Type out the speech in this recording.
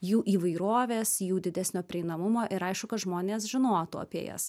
jų įvairovės jų didesnio prieinamumo ir aišku kad žmonės žinotų apie jas